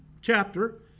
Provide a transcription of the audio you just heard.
chapter